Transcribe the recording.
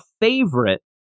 favorite